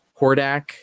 Hordak